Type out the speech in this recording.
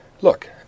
Look